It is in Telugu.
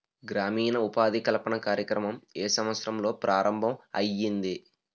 గ్రామీణ ఉపాధి కల్పన కార్యక్రమం ఏ సంవత్సరంలో ప్రారంభం ఐయ్యింది?